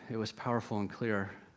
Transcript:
it was powerful and clear,